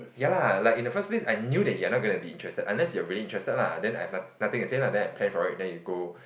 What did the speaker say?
ya lah like in the first place I knew that you're not gonna be interested unless you're really interested lah then I've got nothing to say then I plan for it then you go